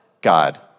God